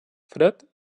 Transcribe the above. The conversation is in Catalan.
fred